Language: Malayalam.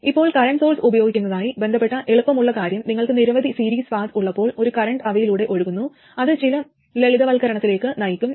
ഇപ്പോൾ കറന്റ് സോഴ്സ് ഉപയോഗിക്കുന്നതുമായി ബന്ധപ്പെട്ട എളുപ്പമുള്ള കാര്യം നിങ്ങൾക്ക് നിരവധി സീരീസ് പാത്ത് ഉള്ളപ്പോൾ ഒരേ കറന്റ് അവയിലൂടെ ഒഴുകുന്നു അത് ചില ലളിതവൽക്കരണത്തിലേക്ക് നയിക്കും